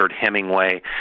Hemingway